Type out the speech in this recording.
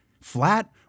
flat